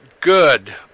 good